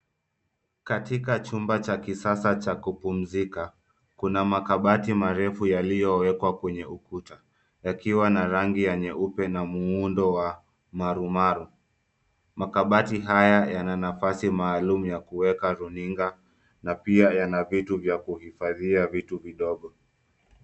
Katika chumba cha kisasa cha kupumzika kuna makabati marefu yaliyo wekwa kwenye ukuta yakiwa na rangi ya nyeupe na muundo wa marumaru. Makabati haya yana nafasi maalum ya kuweka runinga na pia yana vitu vya kuhifadhia vitu vidogo.